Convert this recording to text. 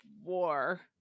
war